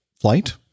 flight